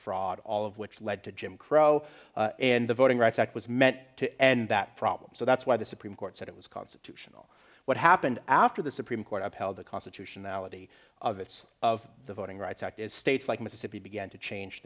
fraud all of which led to jim crow and the voting rights act was meant to end that problem so that's why the supreme court said it was constitution what happened after the supreme court upheld the constitutionality of its of the voting rights act as states like mississippi began to change